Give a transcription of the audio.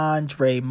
Andre